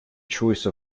choice